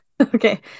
Okay